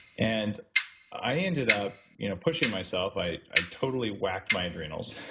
and i ended up you know pushing myself, i i totally wacked my adrenals.